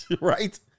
Right